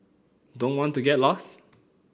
don't want to get lost